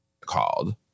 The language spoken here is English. called